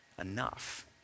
enough